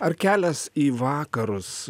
ar kelias į vakarus